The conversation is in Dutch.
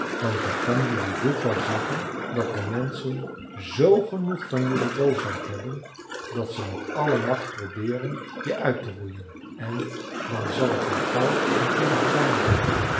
want ik kan jelui dit wel zeggen dat de menschen z genoeg van jelui boosheid hebben dat ze met alle macht probeeren je uit te roeien en dan zal het wel gauw met jelui gedaan zijn